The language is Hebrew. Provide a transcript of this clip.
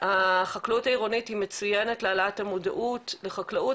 החקלאות העירונית היא מצויינת להעלאת המודעות לחקלאות,